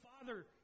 Father